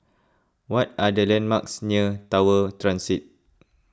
what are the landmarks near Tower Transit